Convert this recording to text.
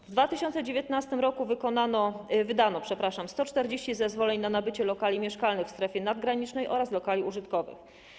W 2019 r. wykonano, przepraszam, wydano 140 zezwoleń na nabycie lokali mieszkalnych w strefie nadgranicznej oraz lokali użytkowych.